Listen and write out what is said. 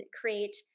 create